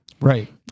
Right